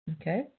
Okay